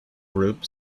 group